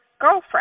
girlfriend